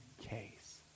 case